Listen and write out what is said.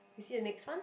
you see the next one